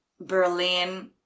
Berlin